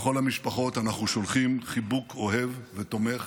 לכל המשפחות אנחנו שולחים חיבוק אוהב ותומך